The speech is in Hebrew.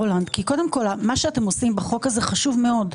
רולנד, מה שאתם עושים בחוק הזה חשוב מאוד.